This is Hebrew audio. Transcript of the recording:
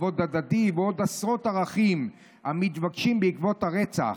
כבוד הדדי ועוד עשרות ערכים המתבקשים בעקבות הרצח,